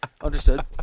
Understood